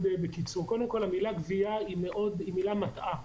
המילה "גבייה" היא מילה מטעה.